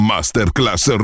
Masterclass